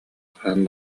хаһан